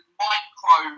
micro